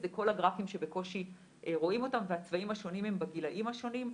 זה כל הגרפים שבקושי רואים אותם והצבעים השונים זה הגילאים השונים.